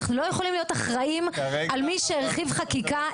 אנחנו לא יכולים להיות אחראיים על מי שהרחיב חקיקה,